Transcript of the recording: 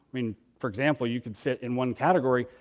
i mean for example, you can fit, in one category,